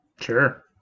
Sure